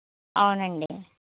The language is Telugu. అవునండి